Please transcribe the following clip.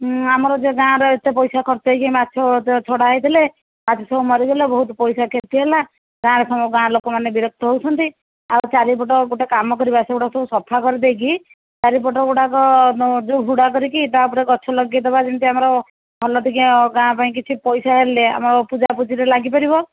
ହୁଁ ଆମର ଯେ ଗାଁର ଏତେ ପଇସା ଖର୍ଚ୍ଚ ହୋଇଛି ମାଛ ଛଡ଼ା ହୋଇଥିଲେ ମାଛସବୁ ମରିଗଲେ ବହୁତ ପଇସା କ୍ଷତି ହେଲା ଗାଁ ଲୋକମାନେ ବିରକ୍ତ ହେଉଛନ୍ତି ଆଉ ଚାରିପଟ ଗୋଟେ କାମ କରିବା ସେଗୁଡ଼ାକ ସବୁ ସଫା କରି ଦେଇକି ଚାରିପଟ ଗୁଡ଼ାକ ଯେଉଁ ହୁଡ଼ା କରିକି ତା ଉପରେ ଗଛ ଲଗାଇ ଦେବା ଯେମିତି ଆମର ଭଲ ଟିକିଏ ଗାଁ ପାଇଁ କିଛି ପଇସା ହେଲେ ଆମ ପୂଜା ପୂଜିରେ ଲାଗିପାରିବ